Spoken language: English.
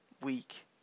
week